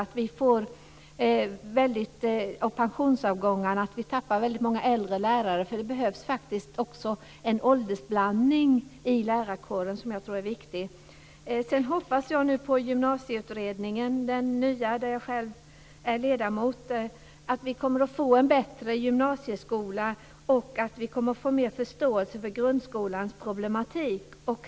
Vi tappar genom pensionsavgångarna väldigt många äldre lärare. Det behövs också en åldersblandning i lärarkåren. Jag hoppas på den nya gymnasieutredningen, där jag själv är ledamot, och att vi kommer att få en bättre gymnasieskola och mer förståelse för grundskolans problematik.